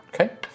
Okay